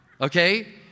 Okay